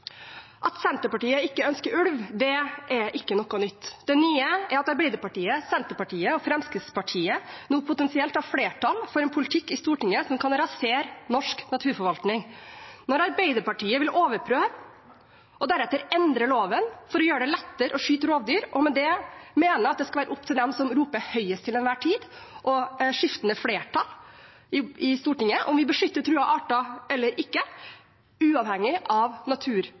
At Senterpartiet ikke ønsker ulv, er ikke noe nytt. Det nye er at Arbeiderpartiet, Senterpartiet og Fremskrittspartiet nå potensielt har flertall for en politikk i Stortinget som kan rasere norsk naturforvaltning. Når Arbeiderpartiet vil overprøve og deretter endre loven for å gjøre det lettere å skyte rovdyr, og med det mener at det skal være opp til dem som til enhver tid roper høyest – og et skiftende flertall i Stortinget – om vi beskytter truede arter eller ikke, uavhengig av